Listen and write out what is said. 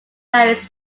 varies